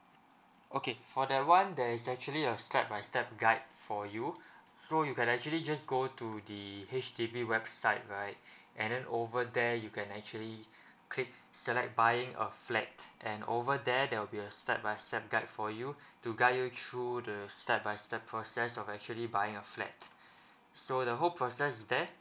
okay for that one there is actually a step by step guide for you so you can actually just go to the H_D_B website right and then over there you can actually click select buying a flat and over there there will be a step by step guide for you to guide you through the step by step process of actually buying a flat so the whole process is there